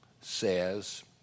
says